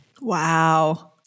Wow